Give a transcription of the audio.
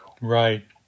Right